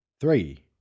Three